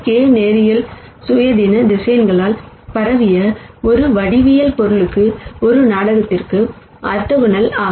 ஆக n க்கு இந்த K லீனியர் இண்டிபெண்டன்ட் வெக்டார்களால் பரவிய ஒரு ஜாமெட்ரிக் ஆப்ஜெக்ட் ஒரு ஆர்த்தோகனல்